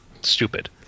stupid